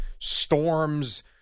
Storms